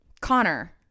Connor